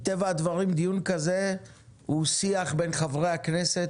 מטבע הדברים דיון כזה כולל שיח בין השר לחברי הכנסת,